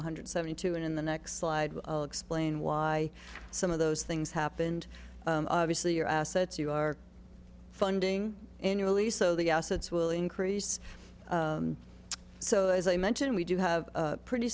one hundred seventy two and in the next slide explain why some of those things happened obviously your assets you are funding annually so the assets will increase so as i mentioned we do have a pretty